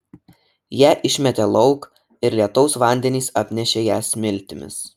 ją išmetė lauk ir lietaus vandenys apnešė ją smiltimis